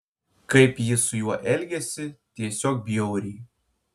kaip ji su juo elgiasi tiesiog bjauriai